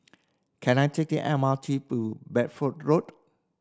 can I take the M R T to Bedford Road